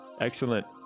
excellent